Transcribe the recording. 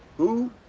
who?